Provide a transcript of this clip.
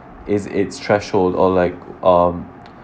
is its threshold or like um